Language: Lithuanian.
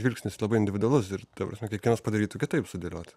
žvilgsnis labai individualus ir ta prasme kiekvienas padarytų kitaip sudėliotų